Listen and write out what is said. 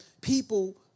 People